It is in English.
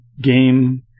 game